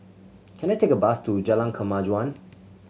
can I take a bus to Jalan Kemajuan